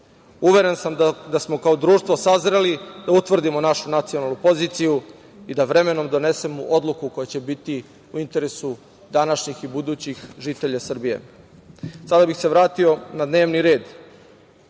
sam da smo kao društvo sazreli da utvrdimo našu nacionalnu poziciju i da vremenom donesemo odluku koja će biti u interesu današnjih i budućih žitelja Srbije. Sada bih se vratio na dnevni red.